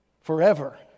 forever